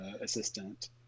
assistant